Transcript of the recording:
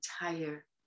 entire